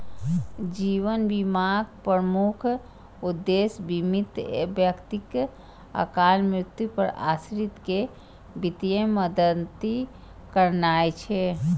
जीवन बीमाक प्रमुख उद्देश्य बीमित व्यक्तिक अकाल मृत्यु पर आश्रित कें वित्तीय मदति करनाय छै